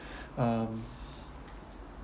um